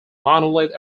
monolith